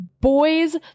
boys